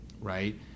right